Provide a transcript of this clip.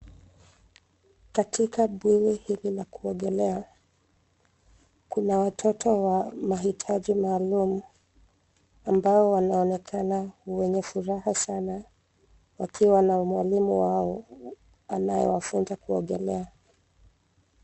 Katika bwawa hili la kuogelea, kuna watoto wa mahitaji maalum ambao wanaonekana wenye furaha sana wakiwa na mwalimu wao anayewafunza kuogelea.